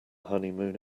honeymoon